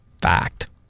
Fact